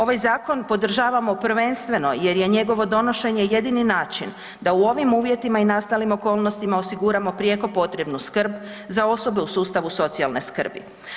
Ovaj zakon podržavamo prvenstveno jer je njegovo donošenje jedini način da u ovim uvjetima i nastalim okolnostima osiguramo prijeko potrebnu skrb za osobe u sustavu socijalne skrbi.